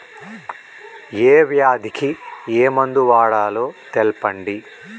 ఏ వ్యాధి కి ఏ మందు వాడాలో తెల్పండి?